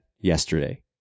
yesterday